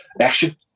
action